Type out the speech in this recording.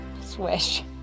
Swish